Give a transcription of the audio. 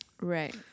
right